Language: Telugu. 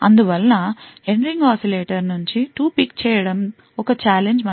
అందువలన N రింగ్ ఆసిలేటర్ నుంచి 2 పిక్ చేయటం ఒక ఛాలెంజ్ మనకి